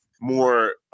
more